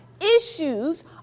Issues